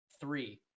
three